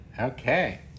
Okay